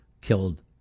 killed